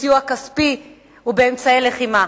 בסיוע כספי ובאמצעי לחימה.